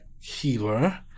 Healer